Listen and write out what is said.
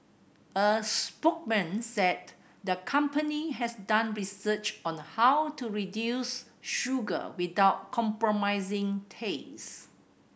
a spokesman said the company has done research on how to reduce sugar without compromising taste